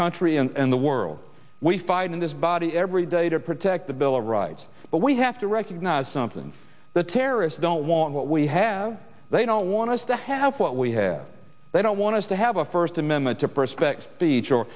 country and the world we fight in this body every day to protect the bill of rights but we have to recognize something the terrorists don't want what we have they don't want to have what we have they don't want to have a first amendment